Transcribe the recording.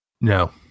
No